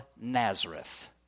Nazareth